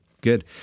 good